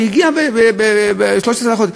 היא הגיעה ב-13 לחודש,